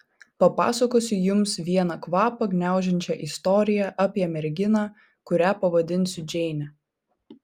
papasakosiu jums vieną kvapą gniaužiančią istoriją apie merginą kurią pavadinsiu džeine